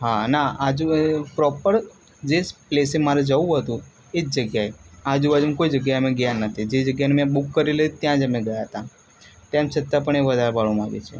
હા ના આજે પ્રોપર જે પ્લેસે મારે જવું હતું એ જ જગ્યાએ આજુબાજુમાં કોઈ જગ્યાએ અમે ગયા નથી જે જગ્યાની મેં બુક કરેલી ત્યાં જ અમે ગયા તા તેમ છતાં પણ એ વધારે ભાડું માગે છે